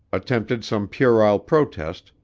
attempted some puerile protest,